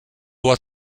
what